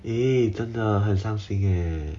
诶真的很伤心 eh